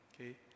Okay